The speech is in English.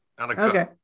Okay